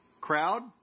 Crowd